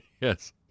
Yes